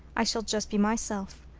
i shall just be myself.